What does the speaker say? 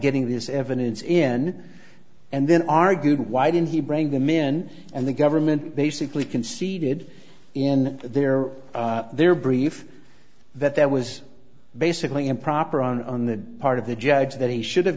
getting this evidence in and then argued why didn't he bring them in and the government basically conceded in their their brief that there was basically improper on the part of the judge that he should have